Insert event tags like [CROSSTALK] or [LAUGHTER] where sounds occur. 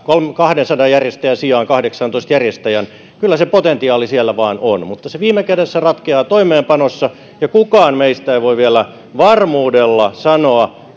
kahdensadan järjestäjän sijaan kahdeksaantoista järjestäjään niin kyllä se potentiaali siellä vaan on mutta viime kädessä se ratkeaa toimeenpanossa kukaan meistä ei voi vielä varmuudella sanoa [UNINTELLIGIBLE]